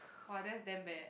!wah! that's damn bad